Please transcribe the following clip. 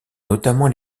notamment